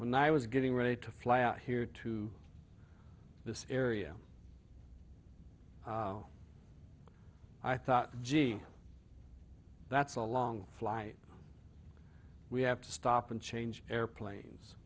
when i was getting ready to fly out here to this area i thought gee that's a long flight we have to stop and change airplanes